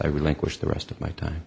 i relinquish the rest of my time